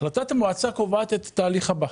החלטת המועצה קובעת את התהליך הבא: